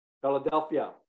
Philadelphia